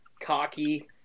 cocky